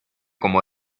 como